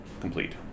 complete